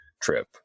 trip